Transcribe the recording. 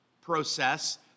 process